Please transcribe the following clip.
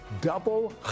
double